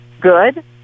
good